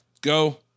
go